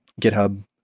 GitHub